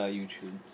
YouTube